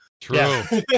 True